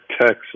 Texas